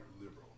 liberal